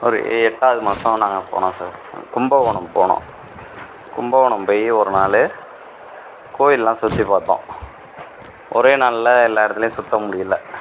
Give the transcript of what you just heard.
ஒரு எட்டாவது மாதம் நாங்கள் போனோம் சார் கும்போகோணம் போனோம் கும்பகோணோம் போய் ஒரு நாள் கோயிலெல்லாம் சுற்றி பார்த்தோம் ஒரே நாளில் எல்லா இடத்துலயும் சுற்றி முடியல